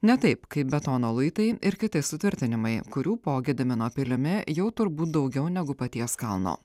ne taip kaip betono luitai ir kiti sutvirtinimai kurių po gedimino pilimi jau turbūt daugiau negu paties kalno